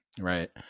Right